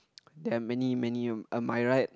there are many many a myriad